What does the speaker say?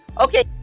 Okay